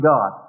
God